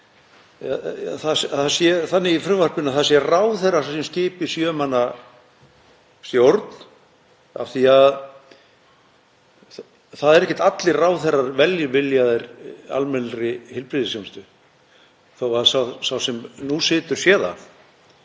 þannig í frumvarpinu að það sé ráðherra sem skipi sjö manna stjórn, af því að það eru ekki allir ráðherrar velviljaðir almennri heilbrigðisþjónustu þó að sá sem nú situr sé